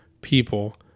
people